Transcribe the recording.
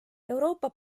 euroopa